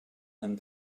and